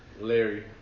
Larry